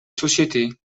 société